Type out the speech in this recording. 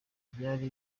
byari